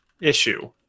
issue